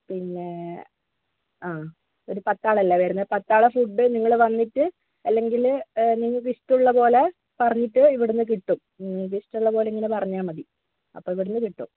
പിന്നെ ആ ഒരു പത്താളല്ലേ വരുന്നത് ഒരു പത്താളെ ഫുഡ് നിങ്ങൾ വന്നിട്ട് അല്ലെങ്കിൽ എ നിങ്ങൾക്കിഷ്ടമുള്ള പോലെ പറഞ്ഞിട്ട് ഇവിടുന്ന് കിട്ടും നിങ്ങൾക്ക് ഇഷ്ടമുള്ള പോലെ നിങ്ങൾ പറഞ്ഞാൽ മതി അപ്പം ഇവിടുന്ന് കിട്ടും